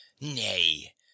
nay